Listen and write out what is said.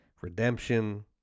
redemption